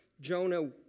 Jonah